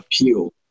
appeal